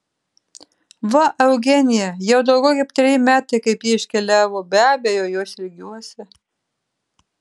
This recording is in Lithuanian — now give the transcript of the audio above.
va eugenija jau daugiau kaip treji metai kaip ji iškeliavo be abejo jos ilgiuosi